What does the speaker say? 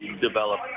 develop